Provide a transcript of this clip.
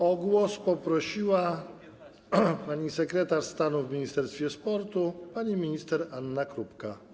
O głos poprosiła sekretarz stanu w ministerstwie sportu pani minister Anna Krupka.